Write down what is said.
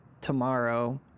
tomorrow